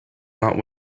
not